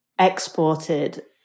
exported